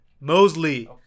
Mosley